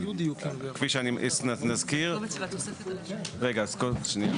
כפי שאני, נזכיר, שנייה.